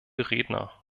redner